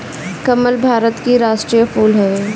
कमल भारत के राष्ट्रीय फूल हवे